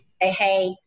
Hey